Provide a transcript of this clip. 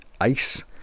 ice